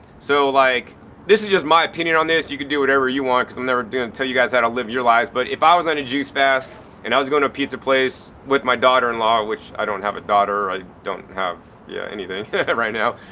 so like this is just my opinion on this, you can do whatever you want because i'm never going to tell you guys how to live your lives but, if i was on a juice fast and i was going to a pizza place with my daughter in law or which, i don't have a daughter, i don't have yeah anything right now